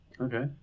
Okay